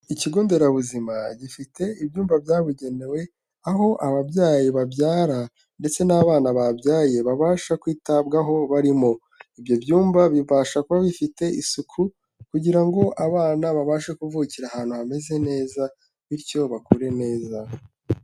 Ikigo nderabuzima gifite ibyumba byabugenewe aho ababyaye babyara ndetse n'abana babyaye babasha kwitabwaho barimo, ibyo byumba bibasha kuba bifite isuku kugira ngo abana babashe kuvukira ahantu hameze neza bityo bakure neza.